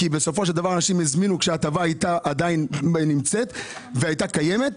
כי בסופו של דבר אנשים הזמינו כשההטבה עדיין הייתה קיימת,